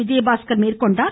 விஜயபாஸ்கர் மேற்கொண்டார்